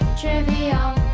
trivial